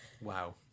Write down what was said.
Wow